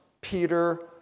Peter